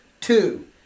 Two